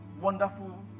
wonderful